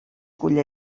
cull